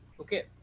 Okay